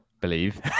believe